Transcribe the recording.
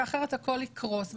כי אחרת הכול יקרוס,